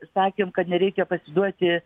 sakėm kad nereikia pasiduoti